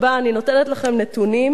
אני נותנת לכם נתונים,